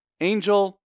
Angel